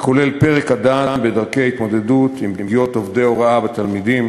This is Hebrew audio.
הכולל פרק הדן בדרכי התמודדות עם פגיעות עובדי הוראה בתלמידים.